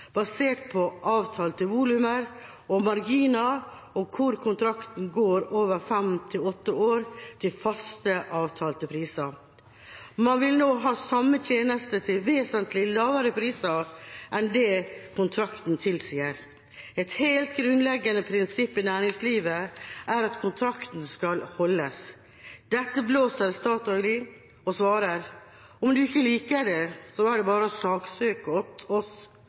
basert på avtalte volumer og marginer og hvor kontrakten går over fem–åtte år til faste avtalte priser. Man vil ha samme tjeneste til vesentlig lavere pris enn det kontrakten tilsier. Et helt grunnleggende prinsipp i næringslivet er at kontrakter skal holdes. Dette blåser Statoil i, og svarer: «Om du ikke liker det, så er det bare å saksøke oss»